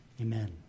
Amen